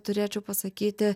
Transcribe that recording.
turėčiau pasakyti